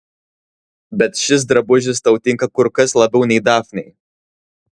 bet šis drabužis tau tinka kur kas labiau nei dafnei